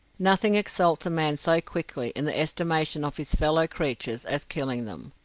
nothing exalts a man so quickly in the estimation of his fellow creatures as killing them.